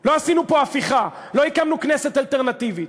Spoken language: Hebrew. לא עשינו פה הפיכה, לא הקמנו כנסת אלטרנטיבית.